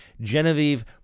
Genevieve